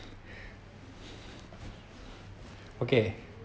okay